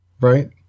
Right